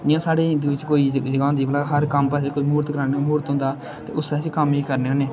जियां साढ़े हिंदुएं च कोई जगह् जगह् होंदी ऐ भला हर कम्म बास्तै कोई म्हूर्त कड्डाने म्हूर्त होंदा ते उस्सै च कम्म गी करने होन्ने